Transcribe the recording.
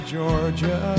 Georgia